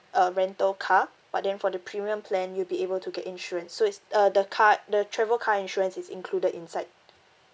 uh rental car but then for the premium plan you'll be able to get insurance so is uh the car the travel car insurance is included inside